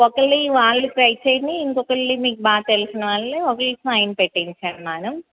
ఒకళ్ళవి వాళ్ళు ట్రై చేయనీ ఇంకొకళ్ళవి మీకు బాగా తెలిసిన వాళ్ళని ఒకళ్ళవి సైన్ పెట్టించండి మ్యాడమ్